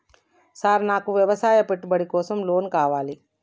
Sir నాకు వ్యవసాయ పెట్టుబడి కోసం లోన్ కావాలి?